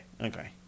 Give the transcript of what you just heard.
okay